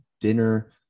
dinner